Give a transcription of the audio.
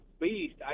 beast